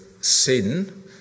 sin